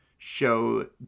show